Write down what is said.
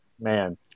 man